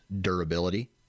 durability